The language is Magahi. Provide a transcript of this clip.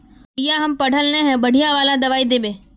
भैया हम पढ़ल न है बढ़िया वाला दबाइ देबे?